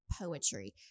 poetry